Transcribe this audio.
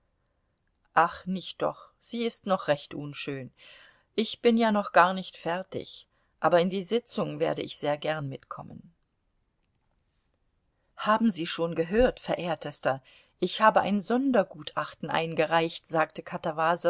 ach nicht doch sie ist noch recht unschön ich bin ja noch gar nicht fertig aber in die sitzung werde ich sehr gern mitkommen haben sie schon gehört verehrtester ich habe ein sondergutachten eingereicht sagte